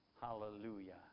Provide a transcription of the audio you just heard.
Hallelujah